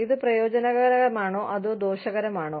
ഇത് പ്രയോജനകരമാണോ അതോ ദോഷകരമാണോ